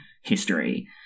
history